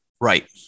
Right